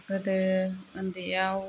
गोदो उन्दैयाव